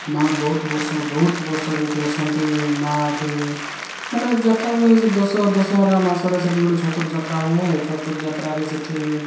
ମା' ବହୁତ ବର୍ଷ ବହୁତ ବର୍ଷରୁ ଏଠି ଅଛନ୍ତି ମା' ଏଠି ମାନେ ଯାତ୍ରା ହୁଏ ସେ ଦଶ ଦଶହରା ମାସରେ ସେଇଠି ଗୋଟେ ଛତ୍ରଯାତ୍ରା ହୁଏ ଛତ୍ରଯାତ୍ରାରେ ସେଇଠି